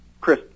Chris